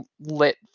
lit